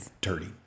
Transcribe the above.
dirty